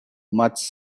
much